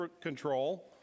control